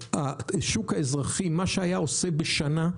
שבו השוק האזרחי מה שהוא היה עושה בשנה,